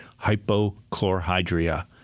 Hypochlorhydria